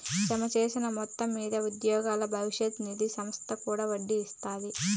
జమచేసిన మొత్తం మింద ఉద్యోగుల బవిష్యత్ నిది సంస్త కూడా ఒడ్డీ ఇస్తాది